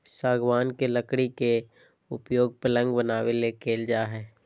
सागवान के लकड़ी के उपयोग पलंग बनाबे ले कईल जा हइ